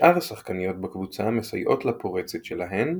שאר השחקניות בקבוצה מסייעות לפורצת שלהן,